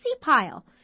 pile